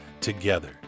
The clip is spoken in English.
together